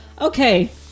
Okay